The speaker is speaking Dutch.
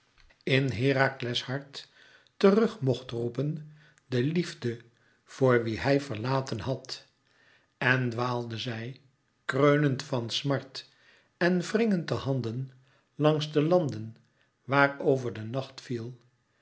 in herakles hart terug mocht roepen de liefde voor wie hij verlaten had en dwaalde zij kreunend van smart en wringend de handen langs de landen waar over de nacht viel